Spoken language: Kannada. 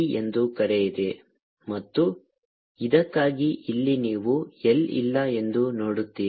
α β 1 ಮತ್ತು ಉದ್ದಕ್ಕಾಗಿ ಇಲ್ಲಿ ನೀವು L ಇಲ್ಲ ಎಂದು ನೋಡುತ್ತೀರಿ